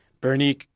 Bernie